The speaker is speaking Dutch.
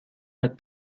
met